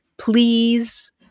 Please